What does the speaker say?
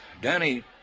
Danny